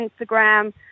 Instagram